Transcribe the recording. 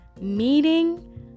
meeting